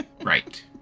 Right